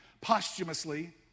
posthumously